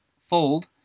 Fold